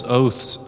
oaths